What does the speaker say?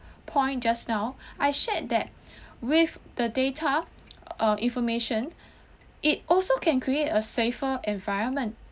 point just now I shared that with the data uh information it also can create a safer environment